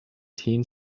teen